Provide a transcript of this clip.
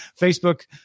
Facebook